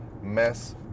mess